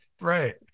right